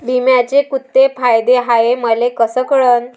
बिम्याचे कुंते फायदे हाय मले कस कळन?